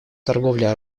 торговля